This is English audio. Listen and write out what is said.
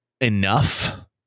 enough